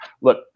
Look